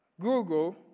Google